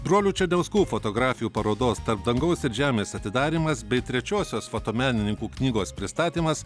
brolių černiauskų fotografijų parodos tarp dangaus ir žemės atidarymas bei trečiosios fotomenininkų knygos pristatymas